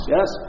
Yes